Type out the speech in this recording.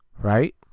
right